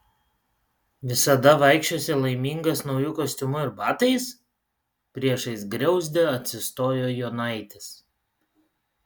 visada vaikščiosi laimingas nauju kostiumu ir batais priešais griauzdę atsistojo jonaitis